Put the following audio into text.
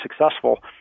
successful